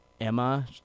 Emma